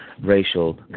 racial